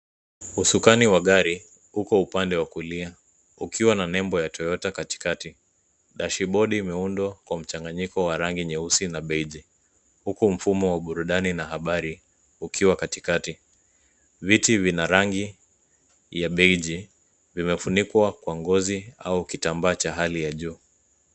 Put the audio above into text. Usukani wa gari uko upande wa kulia ukiwa na nembo ya Toyota katikati. Dashibodi imeundwa kwa mchanganyiko wa rangi nyeusi na beige uku mfumo wa uburudani na habari ukiwa katikati. Viti vina rangi ya beige vimefunikwa kwa ngozi au kitamba cha hali ya juu.